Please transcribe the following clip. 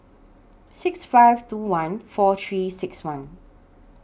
six five two one four three six one